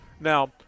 Now